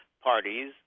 parties